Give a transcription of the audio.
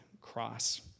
cross